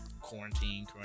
quarantine